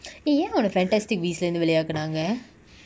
eh ஒன்ன:onna fantastic beast lah இருந்து வெளியாகுனாங்க:irunthu veliyakunaanga